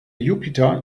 jupiter